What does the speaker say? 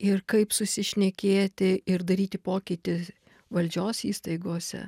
ir kaip susišnekėti ir daryti pokytį valdžios įstaigose